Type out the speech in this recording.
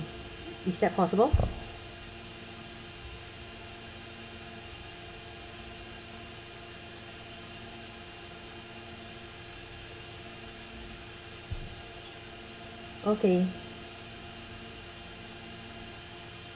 is that possible okay